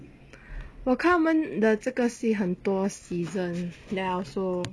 我看他们的这个戏很多 season then I also